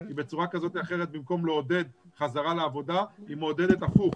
כי בצורה כזאת או אחרת במקום לעודד חזרה לעבודה היא מעודדת הפוך,